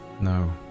No